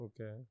Okay